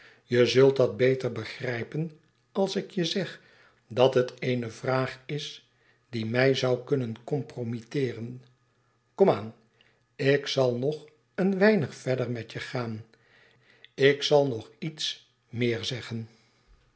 je zult dat beter begrijpen alsik je zegdat het eene vraag is die mij zou kunnen compromitteeren kom aan ik zal nog een weinig verder met je gaan ik zal nog iets meerzeggen